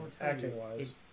Acting-wise